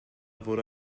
wurde